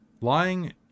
Lying